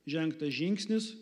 žengtas žingsnis